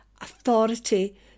authority